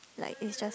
like it's just